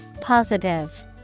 Positive